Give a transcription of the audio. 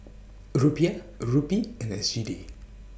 Rupiah Rupee and S G D